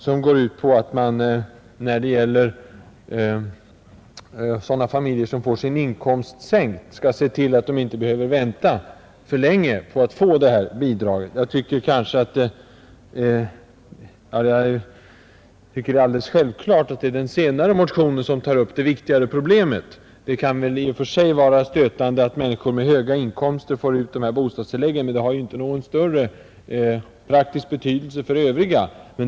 Den går ut på att man beträffande sådana familjer som får sin inkomst sänkt skall se till att de inte behöver vänta för länge på att få detta bidrag. Jag tycker det är självklart att det är den senare motionen som tar upp det viktigare problemet. I och för sig kan det vara stötande att människor med höga inkomster får ut bostadstillägg, men det har inte någon större praktisk betydelse för övriga.